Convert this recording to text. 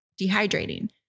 dehydrating